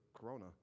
Corona